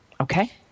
Okay